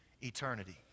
eternity